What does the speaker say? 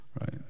Right